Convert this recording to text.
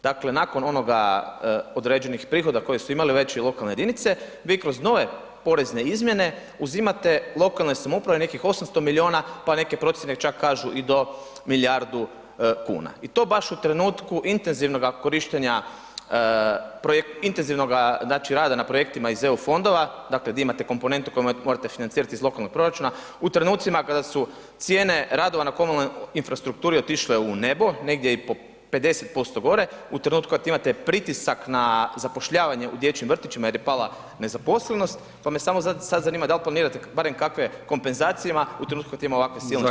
Dakle, nakon onoga, određenih prihoda koje su imale veće lokalne jedinice, vi kroz nove porezne izmjene uzimate lokalnoj samoupravi nekih 800 milijuna, pa neke procijene čak kažu i do milijardu kuna i to baš u trenutku intenzivnoga korištenja, intenzivnoga znači rada na projektima iz EU fondova, dakle di imate komponentu koju morate financirati iz lokalnog proračuna, u trenucima kada su cijene radova na komunalnoj infrastrukturi otišle u nebo, negdje i po 50% gore, u trenutku kad imate pritisak na zapošljavanje u dječjim vrtićima jer je pala nezaposlenost, pa me samo sad zanima dal planirate barem kakve kompenzacijama u trenutku kad ima ovakve silne [[Upadica: Zahvaljujem]] [[Govornik se ne razumije]] kako ste naveli.